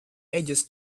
edges